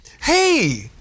Hey